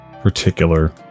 particular